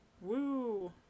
Woo